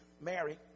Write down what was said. Mary